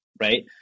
right